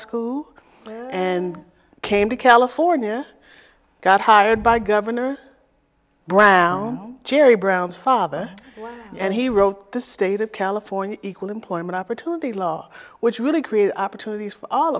school and came to california got hired by governor brown jerry brown's father and he wrote the state of california equal employment opportunity law which really create opportunities for all